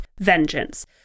vengeance